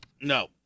No